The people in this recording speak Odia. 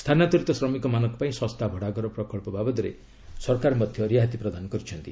ସ୍ଥାନାନ୍ତରିତ ଶ୍ରମିକମାନଙ୍କ ପାଇଁ ଶସ୍ତା ଭଡ଼ାଘର ପ୍ରକଳ୍ପ ବାବଦରେ ସରକାର ମଧ୍ୟ ରିହାତି ପ୍ରଦାନ କରିଛନ୍ତି